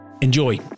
Enjoy